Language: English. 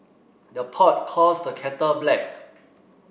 the pot calls the kettle black